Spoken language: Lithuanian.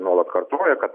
nuolat kartoja kad